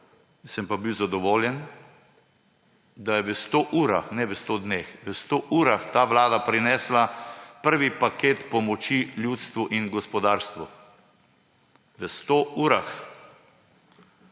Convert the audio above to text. sem pa bil zadovoljen, da je v 100 urah – ne v 100 dneh, v 100 urah – ta vlada prinesla prvi paket pomoči ljudstvu in gospodarstvu. V 100 urah.